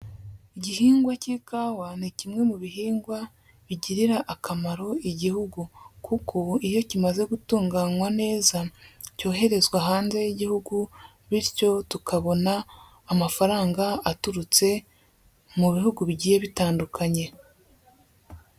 Igihingwa cy'ikawa ni kimwe mu bihingwa bigirira akamaro igihugu kuko iyo kimaze gutunganywa neza, cyoherezwa hanze y'igihugu bityo tukabona amafaranga aturutse mu bihugu bigiye bitandukanye.